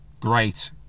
great